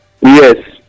Yes